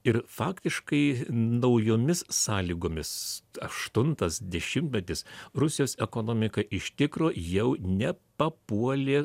ir faktiškai naujomis sąlygomis aštuntas dešimtmetis rusijos ekonomika iš tikro jau nepapuolė